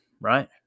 right